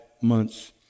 months